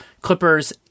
Clippers